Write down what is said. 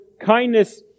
kindness